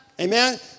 Amen